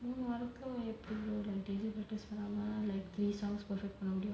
மூணு வாரத்துல எப்பிடி:moonu vaaraathula eppidi practice பண்ணாம:pannaamaa like three songs perfect பண்ண முடியும்:panna mudiyum